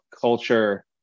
culture